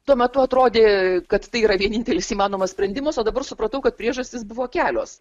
tuo metu atrodė kad tai yra vienintelis įmanomas sprendimas o dabar supratau kad priežastys buvo kelios